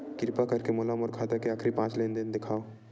किरपा करके मोला मोर खाता के आखिरी पांच लेन देन देखाव